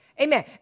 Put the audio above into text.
Amen